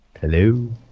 Hello